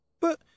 But